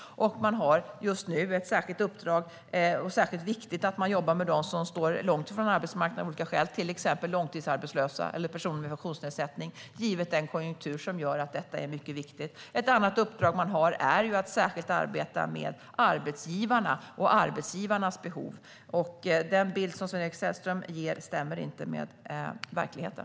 Just nu har man ett särskilt viktigt uppdrag att jobba med dem som av olika skäl står långt från arbetsmarknaden, till exempel långtidsarbetslösa och personer med funktionsnedsättning - givet den konjunktur som gör att detta är mycket viktigt. Ett annat uppdrag Arbetsförmedlingen har är att särskilt arbeta med arbetsgivarna och deras behov. Den bild som Sven-Olof Sällström ger stämmer inte med verkligheten.